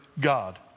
God